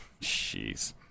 Jeez